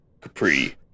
Capri